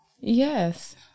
Yes